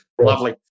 Lovely